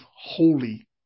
holy